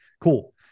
Cool